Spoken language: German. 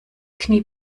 knie